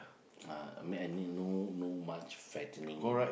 uh I mean I mean no no much fattening in